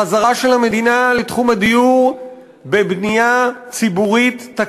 חזרה של המדינה לתחום הדיור בבנייה ציבורית-תקציבית